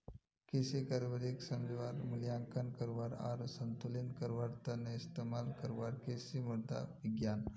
कृषि गड़बड़ीक समझवा, मूल्यांकन करवा आर संतुलित करवार त न इस्तमाल करवार कृषि मृदा विज्ञान